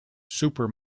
super